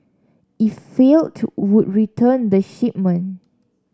if failed to would return the shipment